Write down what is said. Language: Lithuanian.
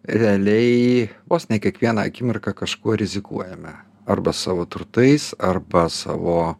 realiai vos ne kiekvieną akimirką kažkuo rizikuojame arba savo turtais arba savo